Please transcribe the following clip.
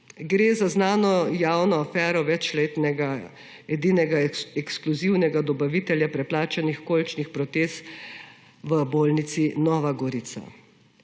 Gre za znano javno afero večletnega edinega ekskluzivnega dobavitelja preplačanih kolčnih protez v bolnici Nova Gorica.